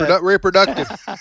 reproductive